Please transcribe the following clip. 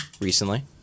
recently